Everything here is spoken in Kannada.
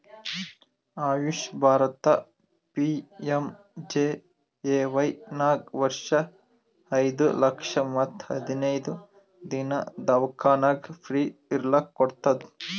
ಆಯುಷ್ ಭಾರತ ಪಿ.ಎಮ್.ಜೆ.ಎ.ವೈ ನಾಗ್ ವರ್ಷ ಐಯ್ದ ಲಕ್ಷ ಮತ್ ಹದಿನೈದು ದಿನಾ ದವ್ಖಾನ್ಯಾಗ್ ಫ್ರೀ ಇರ್ಲಕ್ ಕೋಡ್ತುದ್